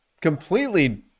completely